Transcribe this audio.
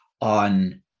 on